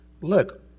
look